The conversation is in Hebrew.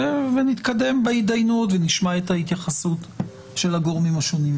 נתקדם בהתדיינות ונשמע את ההתייחסות של הגורמים השונים.